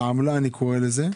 את העמלה אני קורא לזה,